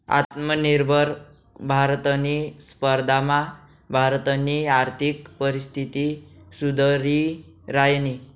आत्मनिर्भर भारतनी स्पर्धामा भारतनी आर्थिक परिस्थिती सुधरि रायनी